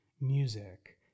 music